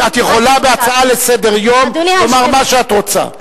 את יכולה בהצעה לסדר-היום לומר מה שאת רוצה,